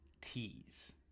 T's